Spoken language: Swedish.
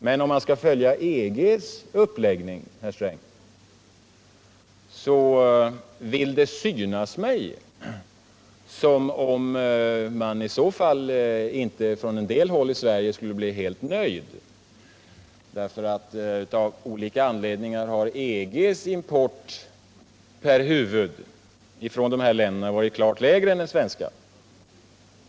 Men om man skall följa EG:s uppläggning, herr Sträng, vill det synas mig som om man på en del håll i Sverige inte blir helt nöjd. Av olika anledningar har EG:s import från dessa länder per huvud varit klart lägre än den svenska.